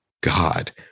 God